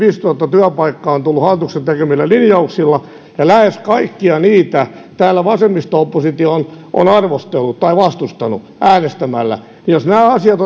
työpaikkaa on tullut hallituksen tekemillä linjauksilla lähes kaikkia niitä täällä vasemmisto oppositio on arvostellut tai vastustanut äänestämällä jos nämä asiat